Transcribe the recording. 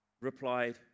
replied